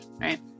Right